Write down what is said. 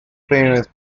famous